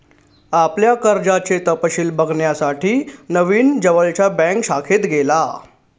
आपल्या कर्जाचे तपशिल बघण्यासाठी नवीन जवळच्या बँक शाखेत गेला